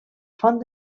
font